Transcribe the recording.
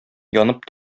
янып